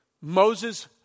Moses